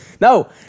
No